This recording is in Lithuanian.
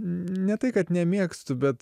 ne tai kad nemėgstu bet